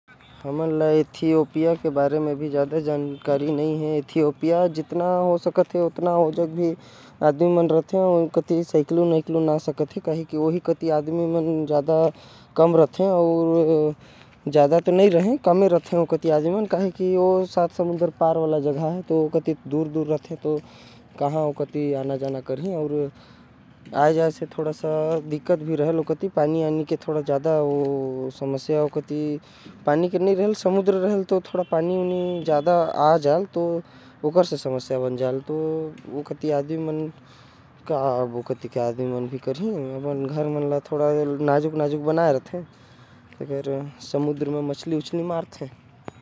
इथोपिया म बहुते काम झने रहथे। ओहो कति चक्रवात बहुते आथे। वहा के घर समंदर कति होथे। ओ देशे हर समुन्द्र के बगले म हवे। वहा के लोग मन थोड़ा परेशानी के सामना करना पड़ेल।